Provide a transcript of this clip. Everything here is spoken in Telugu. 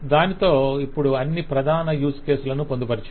దానితో ఇప్పుడు అన్ని ప్రధాన యూజ్ కేసులను పొందుపరచాము